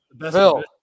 Phil